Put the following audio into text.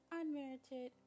unmerited